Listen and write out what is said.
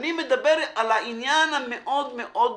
אני מדבר על העניין המאוד-מאוד בסיסי.